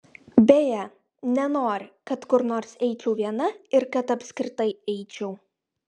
beje nenori kad kur nors eičiau viena ir kad apskritai eičiau